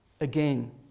again